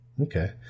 Okay